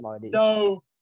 No